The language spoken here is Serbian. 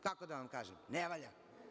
Kako da vam kažem, ne valja.